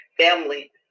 Family